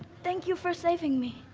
thank you for saving me.